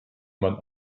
man